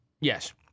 Yes